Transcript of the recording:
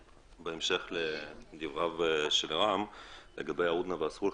בהמשך לדבריו של חבר הכנסת בן ברק לגבי ההודנא והסולחה.